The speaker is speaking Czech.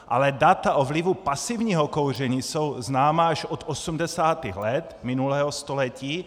Ale data o vlivu pasivního kouření jsou známá až od 80. let minulého století.